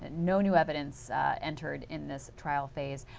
no new evidence entered in this trial phase.